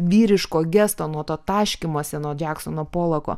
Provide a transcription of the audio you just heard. vyriško gesto nuo to taškymosi nuo džeksono polako